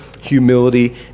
humility